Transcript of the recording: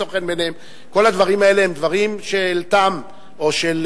יכול שלא למצוא חן בעיניהם,